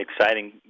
exciting